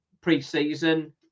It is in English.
pre-season